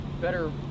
better